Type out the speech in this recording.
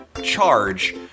charge